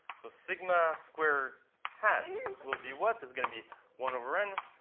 so sigma squared hat will be what? it's going to be one over n,